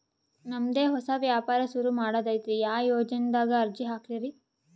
ನಮ್ ದೆ ಹೊಸಾ ವ್ಯಾಪಾರ ಸುರು ಮಾಡದೈತ್ರಿ, ಯಾ ಯೊಜನಾದಾಗ ಅರ್ಜಿ ಹಾಕ್ಲಿ ರಿ?